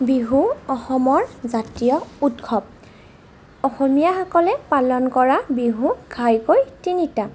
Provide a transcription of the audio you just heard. বিহু অসমৰ জাতীয় উৎসৱ অসমীয়াসকলে পালন কৰা বিহু ঘাইকৈ তিনিটা